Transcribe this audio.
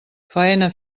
faena